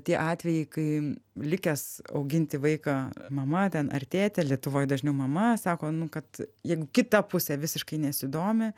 tie atvejai kai likęs auginti vaiką mama ten ar tėtė lietuvoj dažniau mama sako nu kad jeigu kita pusė visiškai nesidomi